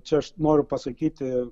čia aš noriu pasakyti